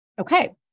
okay